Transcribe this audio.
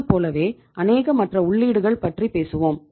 அதுபோலவே அநேக மற்ற உள்ளீடுகள் பற்றி பேசுவோம்